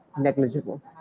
negligible